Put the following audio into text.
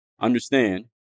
Understand